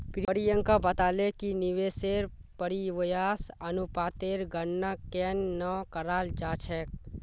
प्रियंका बताले कि निवेश परिव्यास अनुपातेर गणना केन न कराल जा छेक